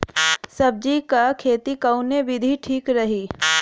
सब्जी क खेती कऊन विधि ठीक रही?